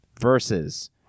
versus